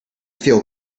feel